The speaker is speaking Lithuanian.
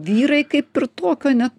vyrai kaip ir tokio net